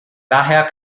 daher